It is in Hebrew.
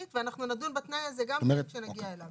ואנחנו נדון בתנאי הזה גם כשנגיע אליו.